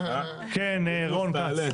כן, רון כץ.